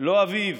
לא אביב,